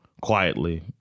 quietly